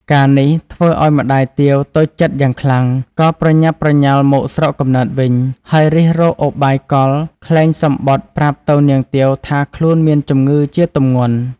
ការណ៍នេះធ្វើឲ្យម្តាយទាវតូចចិត្តយ៉ាងខ្លាំង ក៏ប្រញាប់ប្រញាល់មកស្រុកកំណើតវិញ ហើយរិះរកឧបាយកលក្លែងសំបុត្រប្រាប់ទៅនាងទាវថាខ្លួនមានជម្ងឺជាទម្ងន់។